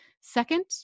Second